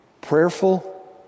prayerful